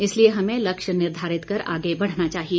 इसलिए हमें लक्ष्य निर्धारित कर आगे बढ़ना चाहिए